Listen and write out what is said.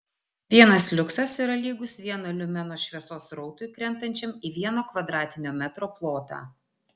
vienas liuksas yra lygus vieno liumeno šviesos srautui krentančiam į vieno kvadratinio metro plotą